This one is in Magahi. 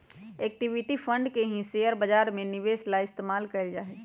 इक्विटी फंड के ही शेयर बाजार में निवेश ला इस्तेमाल कइल जाहई